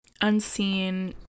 unseen